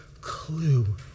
clue